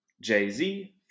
Jay-Z